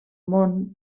món